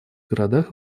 городах